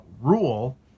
rule